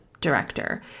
director